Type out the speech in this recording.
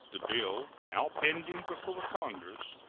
the bill now pending before congress,